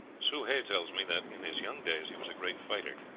soh hay tells me that in his young days he was a great fighter,